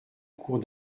cours